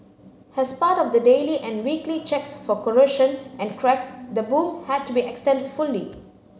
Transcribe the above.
as part of the daily and weekly checks for corrosion and cracks the boom had to be extended fully